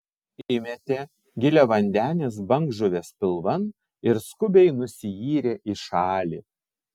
įmetė giliavandenės bangžuvės pilvan ir skubiai nusiyrė į šalį